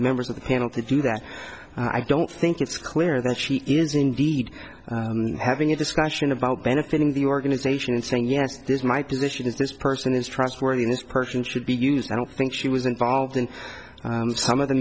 members of the panel to do that i don't think it's clear that she is indeed having a discussion about benefiting the organization and saying yes this is my position is this person is trustworthy in this person should be used i don't think she was involved in some of the